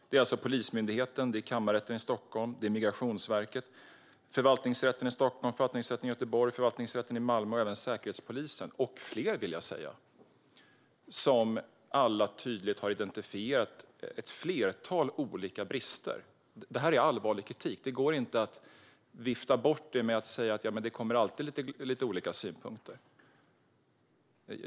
Det är alltså Polismyndigheten, Kammarrätten i Stockholm, Migrationsverket, Förvaltningsrätten i Stockholm, Förvaltningsrätten i Göteborg, Förvaltningsrätten i Malmö och även Säkerhetspolisen och fler som alla tydligt har identifierat ett flertal olika brister. Det är allvarligt kritik. Det går inte att vifta bort detta med att säga att det alltid kommer lite olika synpunkter.